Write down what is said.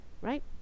right